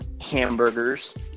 hamburgers